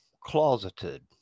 closeted